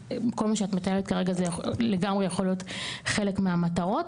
כל מה שאת מתארת כרגע זה לגמרי יכול להיות חלק מהמטרות.